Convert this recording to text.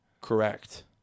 Correct